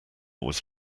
was